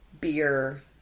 Beer